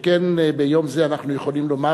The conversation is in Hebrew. שכן ביום זה אנחנו יכולים לומר,